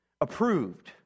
approved